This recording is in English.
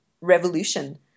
revolution